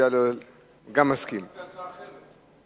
הציע הצעה אחרת.